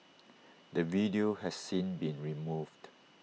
the video has since been removed